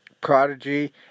Prodigy